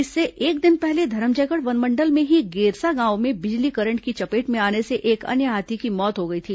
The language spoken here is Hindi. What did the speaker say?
इससे एक दिन पहले धरमजयगढ़ वनमंडल में ही गेरसा गांव में बिजली करंट की चपेट में आने से एक अन्य हाथी की मौत हो गई थी